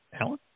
Alan